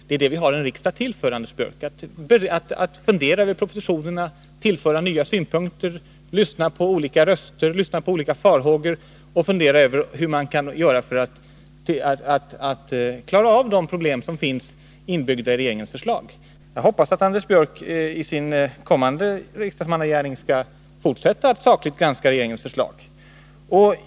Det är det, Anders Björck, som riksdagen är till för — att fundera över propositionerna, tillföra dem nya synpunkter, lyssna på olika röster och beakta olika farhågor samt fundera över hur man bör göra för att klara av de problem som finns inbyggda i regeringens förslag. Jag hoppas att Anders Björck i sin kommande riksdagsmannagärning skall fortsätta att sakligt granska regeringens förslag.